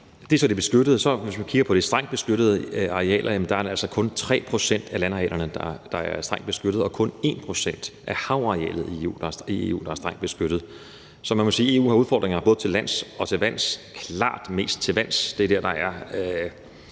Det er så det beskyttede. Hvis man kigger på de strengt beskyttede arealer i EU, er det altså kun 3 pct. af landarealerne, der er strengt beskyttet, og kun 1 pct. af havarealet, der er strengt beskyttet. Så man må sige, at EU har udfordringer både til lands og til vands, men klart mest til vands. Det er der, hvor